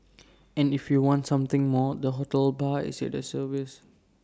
and if you want something more the hotel bar is at the service